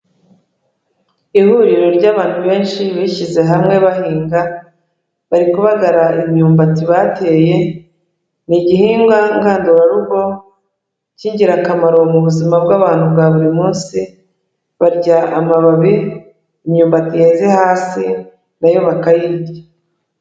Ihuriro ry'abantu benshi bishyize hamwe bahinga bari kubagara imyumbati bateye, ni igihingwa ngandurarugo cy'ingirakamaro mu buzima bw'abantu bwa buri munsi, barya amababi imyubati yeze hasi nayo bakayirya.